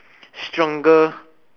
stronger